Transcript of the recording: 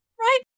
right